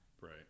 Right